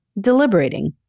deliberating